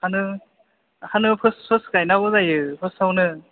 ओंखायनो ओंखायनो first first गायनांगौ जायो फार्स्टआवनो